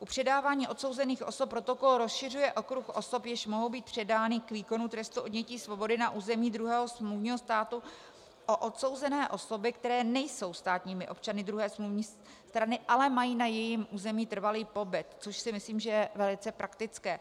U předávání odsouzených osob protokol rozšiřuje okruh osob, jež mohou být předány k výkonu trestu odnětí svobody na území druhého smluvního státu o odsouzené osoby, které nejsou státními občany druhé smluvní strany, ale mají na jejím území trvalý pobyt, což si myslím, že je velice praktické.